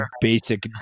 basic